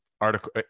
article